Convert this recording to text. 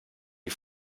die